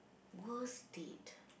worst date